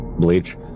bleach